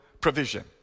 provision